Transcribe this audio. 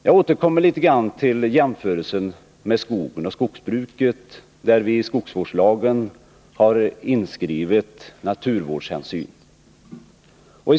Jag återkommer litet grand till jämförelsen med skogen och skogsbruket, där vi i skogsvårdslagen har inskrivit naturvårdshänsyn.